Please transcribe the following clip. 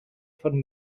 von